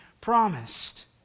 promised